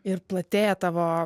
ir platėja tavo